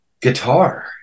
guitar